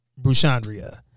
Bruchandria